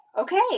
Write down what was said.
okay